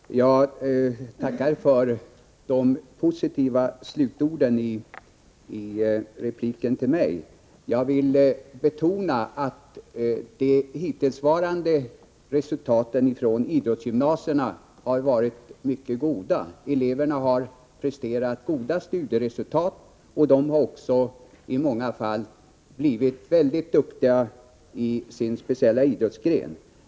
Herr talman! Jag tackar för de positiva slutorden i repliken till mig. Jag vill betona att de hittillsvarande resultaten från idrottsgymnasierna har varit mycket goda. Eleverna har presterat goda studieresultat och också i många fall blivit väldigt duktiga i sin speciella idrottsgren.